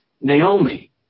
Naomi